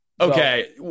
okay